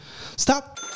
Stop